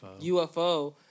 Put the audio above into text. UFO